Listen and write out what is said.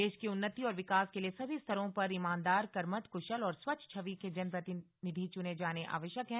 देश की उन्नति और विकास के लिए सभी स्तरों पर ईमानदार कर्मठ कृशल और स्वच्छ छवि के जन प्रतिनिधि चुने जाने आवश्यक है